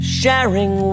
sharing